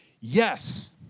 Yes